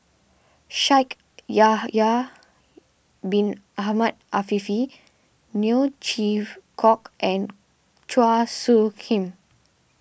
Shaikh Yahya Bin Ahmed Afifi Neo Chwee Kok and Chua Soo Khim